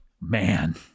Man